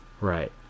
right